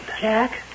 Jack